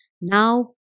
Now